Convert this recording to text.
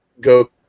go